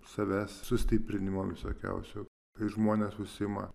savęs sustiprinimo visokiausio kai žmonės užsiima